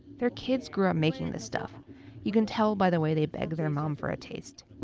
their kids grew up making this stuff you can tell by the way they beg their mom for a taste.